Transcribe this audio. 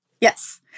Yes